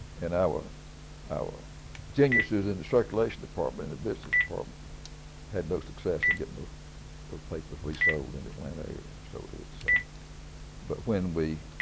and our our geniuses in the circulation department, in the business department had no success in getting those those papers resold in the atlanta area. so it's but when we